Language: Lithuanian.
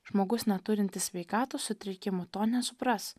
žmogus neturintis sveikatos sutrikimų to nesupras